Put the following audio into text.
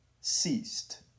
ceased